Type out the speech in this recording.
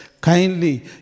kindly